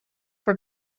for